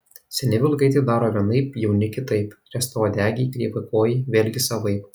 seni vilkai tai daro vienaip jauni kitaip riestauodegiai kreivakojai vėlgi savaip